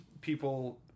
people